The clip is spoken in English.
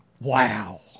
Wow